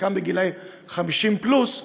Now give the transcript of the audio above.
שחלקם בני 50 פלוס,